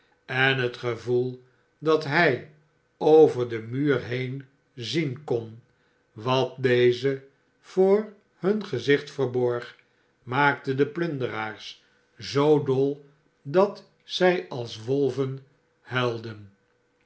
en het gevoel dat hij over den muur heen zien kon wat deze voor hun gezicht verborg maakte de plunderaars zoo dol dat zij als wolven huilden